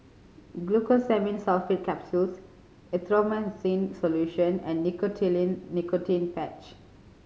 Glucosamine Sulfate Capsules Erythroymycin Solution and Nicotinell Nicotine Patch